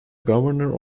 governor